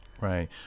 Right